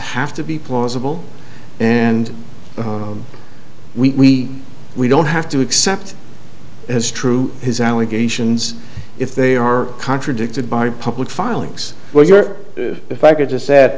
have to be plausible and we we don't have to accept as true his allegations if they are contradicted by public filings where you are if i could just s